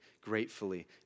gratefully